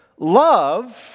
Love